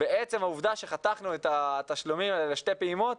עצם העובדה שחתכנו את התשלומים לשתי פעימות,